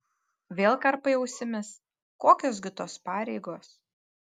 vėl karpai ausimis kokios gi tos pareigos